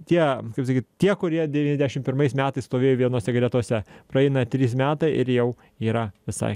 tie kaip sakyt tie kurie devyniasdešimt pirmais metais stovėjo vienose gretose praeina trys metai ir jau yra visai